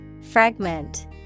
Fragment